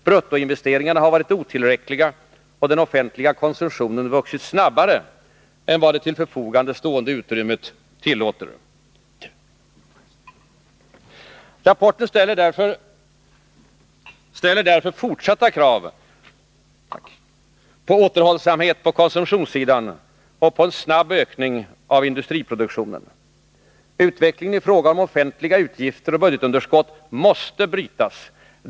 Bruttoinvesteringarna har varit otillräckliga, och den offentliga konsumtionen har vuxit snabbare än vad det till förfogande stående utrymmet tillåter. Rapporten ställer därför fortsatta krav på återhållsamhet på konsumtionssidan och på en snabb ökning av industriproduktionen. Utvecklingen i fråga om offentliga utgifter och budgetunderskott måste brytas.